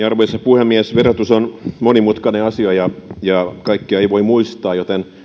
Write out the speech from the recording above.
arvoisa puhemies verotus on monimutkainen asia ja kaikkea ei voi muistaa joten